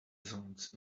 zones